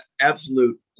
absolute